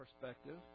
perspective